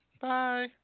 Bye